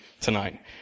tonight